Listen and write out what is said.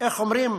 איך אומרים?